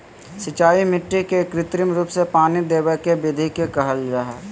सिंचाई मिट्टी के कृत्रिम रूप से पानी देवय के विधि के कहल जा हई